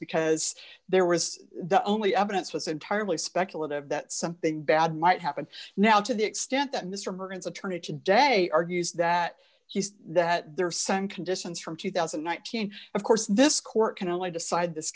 because there was the only evidence was entirely speculative that something bad might happen now to the extent that mr morgan's attorney today argues that he said that there are some conditions from two thousand and nineteen of course this court can only decide this